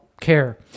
care